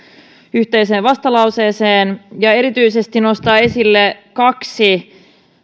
yhteiseen vastalauseeseen ja erityisesti nostaa esille kaksi